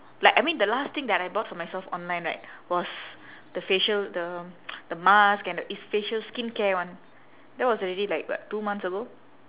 like I mean the last thing that I bought for myself online right was the facial the the mask and the is facial skincare one that was already like what two months ago